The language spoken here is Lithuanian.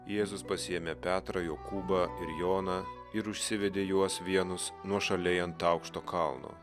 jėzus pasiėmė petrą jokūbą ir joną ir užsivedė juos vienus nuošaliai ant aukšto kalno